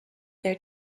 their